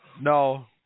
No